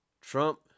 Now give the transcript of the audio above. Trump